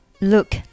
Look